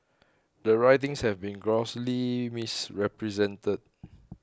the writings have been grossly misrepresented